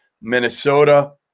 Minnesota